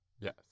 Yes